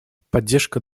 поддержка